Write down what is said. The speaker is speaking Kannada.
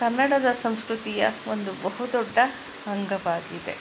ಕನ್ನಡದ ಸಂಸ್ಕೃತಿಯ ಒಂದು ಬಹು ದೊಡ್ಡ ಅಂಗವಾಗಿದೆ